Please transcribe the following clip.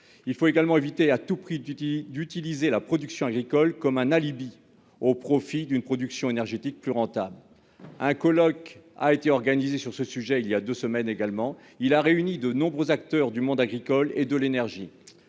il faut également éviter à tout prix duty d'utiliser la production agricole comme un alibi au profit d'une production énergétique plus rentable, un colloque a été organisé sur ce sujet il y a 2 semaines, également, il a réuni de nombreux acteurs du monde agricole et de l'énergie,